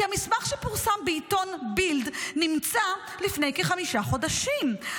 המסמך שפורסם בעיתון בילד נמצא לפני כחמישה חודשים.